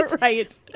Right